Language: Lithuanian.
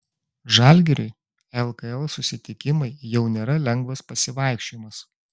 žalgiriui lkl susitikimai jau nėra lengvas pasivaikščiojimas